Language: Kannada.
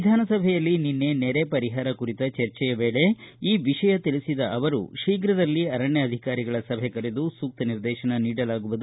ವಿಧಾನಸಭೆಯಲ್ಲಿ ನಿನ್ನೆ ನೆರೆ ಪರಿಹಾರ ಕುರಿತ ಚರ್ಚೆಯ ವೇಳೆ ಈ ವಿಷಯ ತಿಳಿಸಿದ ಅವರು ಶೀಘ್ರದಲ್ಲಿ ಅರಣ್ಯ ಅಧಿಕಾರಿಗಳ ಸಭೆ ಕರೆದು ಸೂಕ್ತ ನಿರ್ದೇಶನ ನೀಡಲಾಗುವುದು